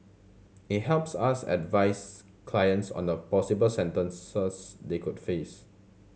it helps us advise clients on the possible sentences they could face